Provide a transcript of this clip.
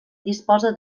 disposa